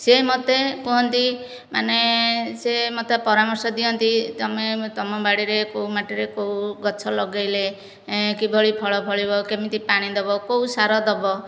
ସେ ମୋତେ କୁହନ୍ତି ମାନେ ସେ ମୋତେ ପରାମର୍ଶ ଦିଅନ୍ତି ତୁମେ ତୁମ ବାଡ଼ିରେ କେଉଁ ମାଟିରେ କେଉଁ ଗଛ ଲଗାଇଲେ କିଭଳି ଫଳ ଫଳିବ କେମିତି ପାଣି ଦେବ କେଉଁ ସାର ଦେବ